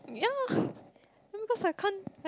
yeah maybe because I can't I